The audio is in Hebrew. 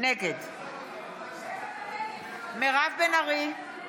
נגד מירב בן ארי,